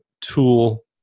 tool